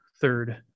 third